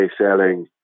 selling